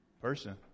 person